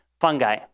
fungi